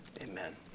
Amen